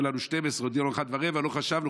הודיעו לנו 12:00 הודיעו לנו 13:15. לא חשבנו,